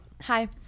Hi